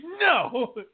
No